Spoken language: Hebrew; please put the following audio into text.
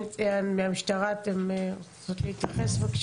נציגת המשטרה, בבקשה.